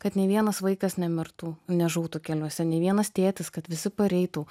kad nė vienas vaikas nemirtų nežūtų keliuose nė vienas tėtis kad visi pareitų